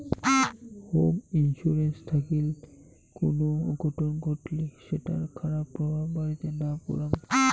home insurance থাকিল কুনো অঘটন ঘটলি সেটার খারাপ প্রভাব বাড়িতে না পরাং